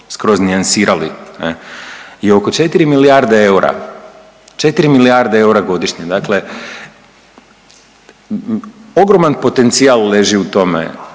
skroz nijansirali ne i oko 4 milijarde eura, 4 milijarde eura godišnje, dakle ogroman potencijal leži u tome,